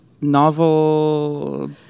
novel